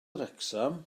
wrecsam